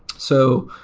so,